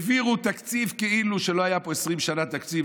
העבירו תקציב, כאילו שלא היה פה 20 שנה תקציב.